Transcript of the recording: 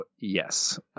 yes